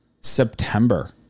September